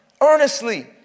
earnestly